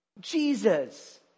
Jesus